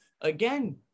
again